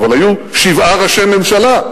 אבל היו שבעה ראשי ממשלה.